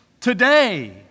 today